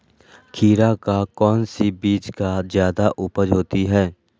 खीरा का कौन सी बीज का जयादा उपज होती है?